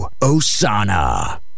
Osana